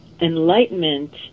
enlightenment